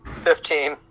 Fifteen